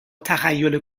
تخیل